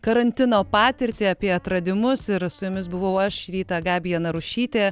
karantino patirtį apie atradimus ir su jumis buvau aš rytą gabija narušytė